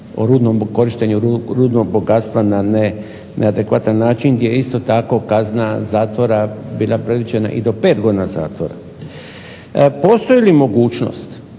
o korištenju rudnog bogatstva na neadekvatan način gdje je isto tako kazna zatvora bila predviđena i do 5 godina zatvora. Postoji li mogućnost